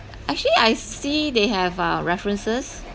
actually I s~ see they have uh references